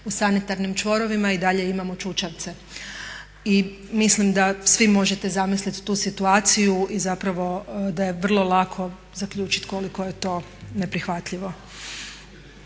u sanitarnim čvorovima i dalje imamo čučavce. I mislim da svi možete zamisliti tu situaciju i zapravo da je vrlo lako zaključiti koliko je to neprihvatljivo.